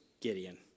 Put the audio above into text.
Gideon